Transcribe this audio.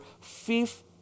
fifth